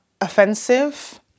offensive